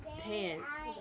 pants